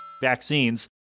vaccines